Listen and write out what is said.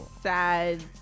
sad